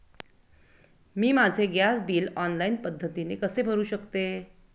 मी माझे gas bill online पद्धतीने कसे भरु शकते?